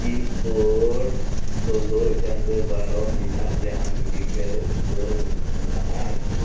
pin code ᱥᱳᱞᱳ ᱮᱠᱟᱱᱚᱵᱵᱳᱭ ᱵᱟᱨᱳ ᱢᱮᱱᱟᱜ ᱡᱟᱦᱟᱱ ᱢᱮᱰᱤᱠᱮᱞ ᱥᱴᱳᱨ ᱢᱮᱱᱟᱜᱼᱟ ᱠᱤ